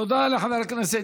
תודה לחבר הכנסת